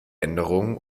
änderungen